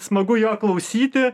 smagu jo klausyti